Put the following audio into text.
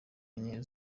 enye